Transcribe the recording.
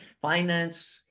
Finance